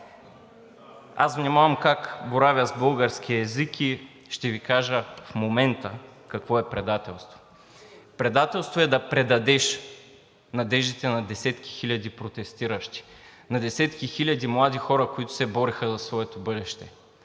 Аз внимавам как боравя с българския език и ще Ви кажа в момента какво е предателство. Предателство е да предадеш надеждите на десетки хиляди протестиращи, на десетки хиляди млади хора, които се бореха за своето бъдеще,